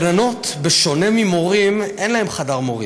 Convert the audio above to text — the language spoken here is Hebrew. גננות, בשונה ממורים, אין להן חדר מורים.